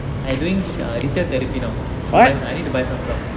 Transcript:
I doing err retail therapy now so I guess I need to buy some stuff